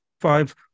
five